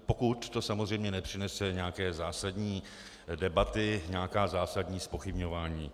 Pokud to samozřejmě nepřinese nějaké zásadní debaty, nějaká zásadní zpochybňování.